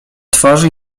twarzy